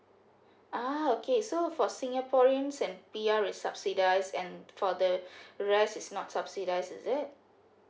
ah okay so for singaporeans and P_R is subsidise and for the rest is not subsidise is it